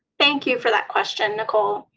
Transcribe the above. thank you for that question, nicole.